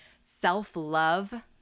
self-love